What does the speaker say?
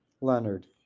Leonard